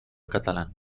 catalán